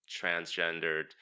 transgendered